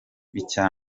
icya